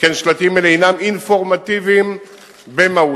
שכן שלטים אלה הם אינפורמטיביים במהותם.